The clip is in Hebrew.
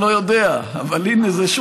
אני לא יודע, אבל הינה, זה שוב